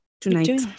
tonight